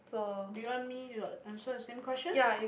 do you want me to answer the same question